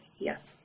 yes